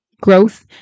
growth